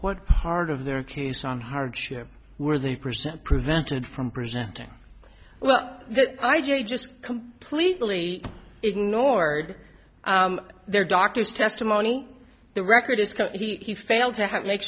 what part of their case on hardship were they present prevented from presenting well i just completely ignored their doctor's testimony the record is he failed to